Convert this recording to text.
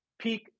peak